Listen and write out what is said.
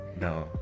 No